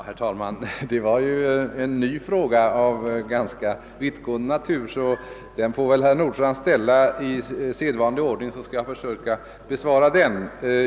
Herr talman! Dettå vår en ny fråga av ganska vittgående natur. Den får väl herr Nordstrandh ställa i sedvanlig ordning, och jag skall då försöka besvara den.